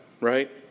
right